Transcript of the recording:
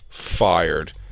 Fired